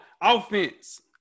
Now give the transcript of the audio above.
Offense